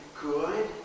good